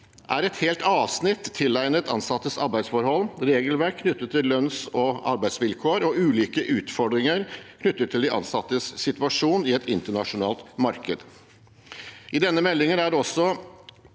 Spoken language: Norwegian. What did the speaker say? det et helt avsnitt tilegnet ansattes arbeidsforhold, regelverk knyttet til lønns- og arbeidsvilkår og ulike utfordringer knyttet til de ansattes situasjon i et internasjonalt marked. Temaet som er til